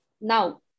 Now